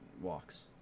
walks